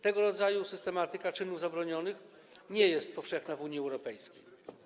Tego rodzaju systematyka czynów zabronionych nie jest powszechna w Unii Europejskiej.